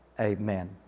amen